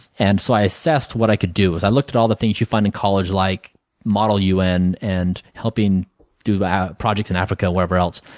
and so, i assessed what i could do. i looked at all the things you find in college, like model un and helping do projects projects in africa, wherever else.